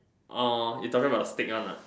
orh you talking about the stick one ah